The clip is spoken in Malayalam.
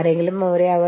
അതിനാൽ അത് മറ്റൊന്നാണ്